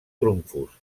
trumfos